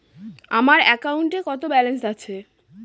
আমার অ্যাকাউন্টে কত ব্যালেন্স আছে?